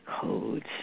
codes